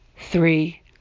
three